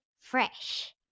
Fresh